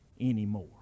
anymore